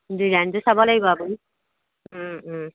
ডিজাইনটো চাব লাগিব আপুনি